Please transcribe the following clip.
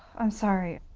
i'm sorry.